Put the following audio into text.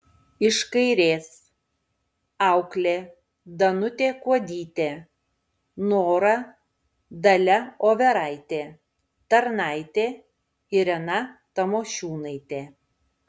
iš kairės auklė danutė kuodytė nora dalia overaitė tarnaitė irena tamošiūnaitė